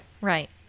Right